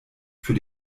für